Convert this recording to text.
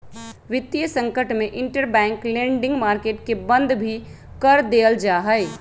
वितीय संकट में इंटरबैंक लेंडिंग मार्केट के बंद भी कर देयल जा हई